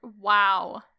Wow